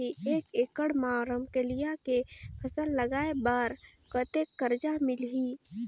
एक एकड़ मा रमकेलिया के फसल लगाय बार कतेक कर्जा मिलही?